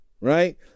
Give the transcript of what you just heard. right